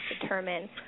determine